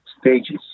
stages